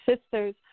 sisters